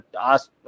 ask